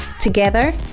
Together